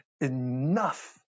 enough